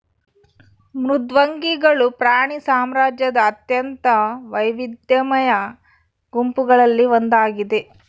ಮೃದ್ವಂಗಿಗಳು ಪ್ರಾಣಿ ಸಾಮ್ರಾಜ್ಯದ ಅತ್ಯಂತ ವೈವಿಧ್ಯಮಯ ಗುಂಪುಗಳಲ್ಲಿ ಒಂದಾಗಿದ